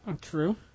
True